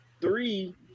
three